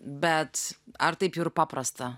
bet ar taip jau paprasta